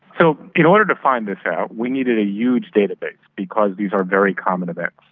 so in order to find this out we needed a huge database because these are very common events.